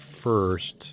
first